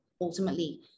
Ultimately